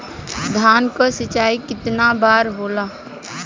धान क सिंचाई कितना बार होला?